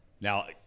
Now